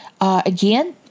Again